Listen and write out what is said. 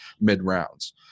mid-rounds